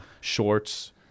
shorts